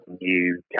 new